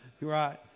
right